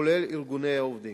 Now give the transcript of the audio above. כולל ארגוני העובדים.